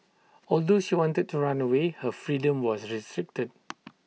although she wanted to run away her freedom was restricted